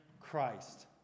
Christ